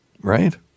right